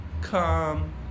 come